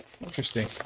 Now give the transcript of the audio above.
interesting